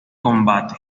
combate